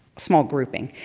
small grouping.